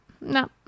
no